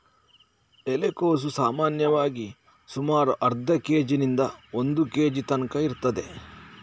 ಎಲೆಕೋಸು ಸಾಮಾನ್ಯವಾಗಿ ಸುಮಾರು ಅರ್ಧ ಕೇಜಿನಿಂದ ಒಂದು ಕೇಜಿ ತನ್ಕ ಇರ್ತದೆ